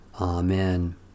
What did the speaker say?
Amen